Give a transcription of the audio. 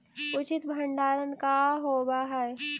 उचित भंडारण का होव हइ?